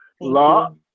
Law